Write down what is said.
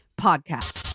podcast